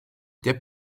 der